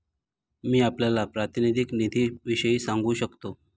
मी आपल्याला प्रातिनिधिक निधीविषयी सांगू शकतो